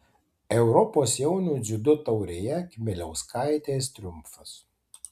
europos jaunių dziudo taurėje kmieliauskaitės triumfas